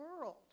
world